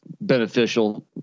beneficial